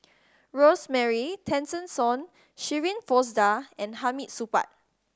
Rosemary Tessensohn Shirin Fozdar and Hamid Supaat